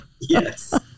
Yes